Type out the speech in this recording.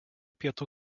pietų